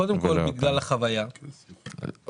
קודם כל בגלל החוויה והניסיון.